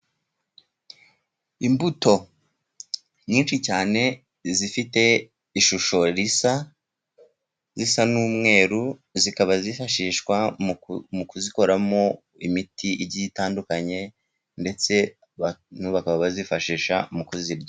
Imbuto nyinshi cyane izifite ishusho risa, risa n'umweru, zikaba zifashishwa mu kuzikoramo imiti igiye itandukanye, ndetse bamwe bakaba bazifashisha mu kuzirya.